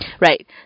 Right